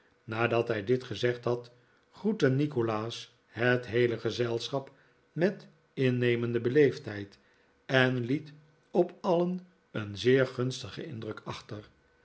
nadat hij dit gezegd had groette nikolaas het heele gezelschap met innemende beleefdheid en liet op alien een zeer gunstigen indruk achter